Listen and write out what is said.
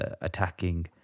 attacking